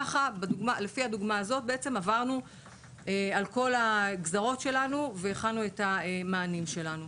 לפי הדוגמה הזאת עברנו על כל הגזרות שלנו והכנו את המענים שלנו.